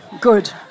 Good